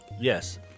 Yes